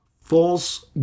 false